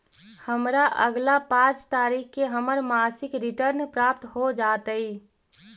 हमरा अगला पाँच तारीख के हमर मासिक रिटर्न प्राप्त हो जातइ